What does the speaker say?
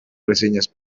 reseñas